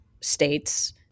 states